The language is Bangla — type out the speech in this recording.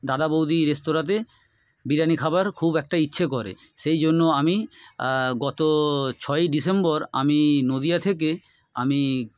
দাদা বৌদি রেস্তরাঁতে বিরিয়ানি খাওয়ার খুব একটা ইচ্ছে করে সেই জন্য আমি গত ছয়ই ডিসেম্বর আমি নদীয়া থেকে আমি